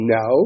no